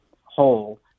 whole